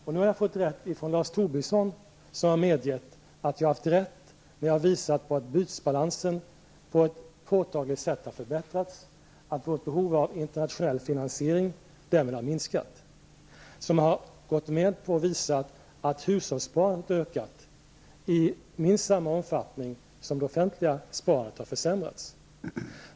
Och Lars Tobisson har nu medgett att jag har haft rätt när jag visat på att bytesbalansen på ett påtagligt sätt har förbättrats och att vårt behov av internationell finansiering därmed har minskat. Han har gått med på -- och visat -- att hushållssparandet ökade i minst samma omfattning som det offentliga sparandet har försämrats.